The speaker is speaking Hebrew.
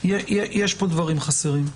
יש פה דברים חסרים,